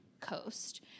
coast